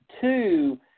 two